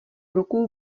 ruku